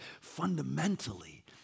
Fundamentally